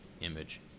image